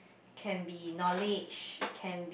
can be knowledge can